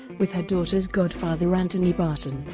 with her daughter's godfather anthony barton,